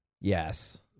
Yes